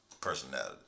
personality